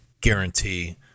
guarantee